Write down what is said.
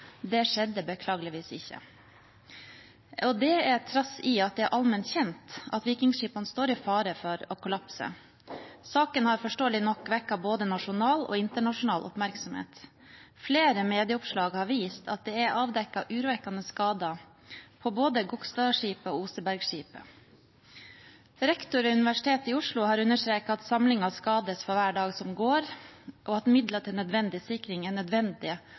Det skjedde beklageligvis ikke – og det trass i at det er allment kjent at vikingskipene står i fare for å kollapse. Saken har forståelig nok vekket både nasjonal og internasjonal oppmerksomhet. Flere medieoppslag har vist at det er avdekket urovekkende skader på både Gokstadskipet og Osebergskipet. Rektor ved Universitetet i Oslo har understreket at samlingen skades for hver dag som går, og at midler til sikring er